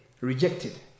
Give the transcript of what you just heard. rejected